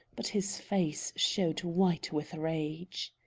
but his face showed white with rage.